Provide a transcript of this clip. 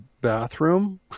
bathroom